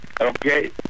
Okay